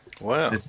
Wow